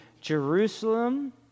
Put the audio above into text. Jerusalem